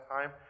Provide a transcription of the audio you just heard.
time